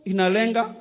Inalenga